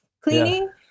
cleaning